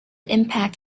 impact